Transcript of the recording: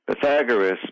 Pythagoras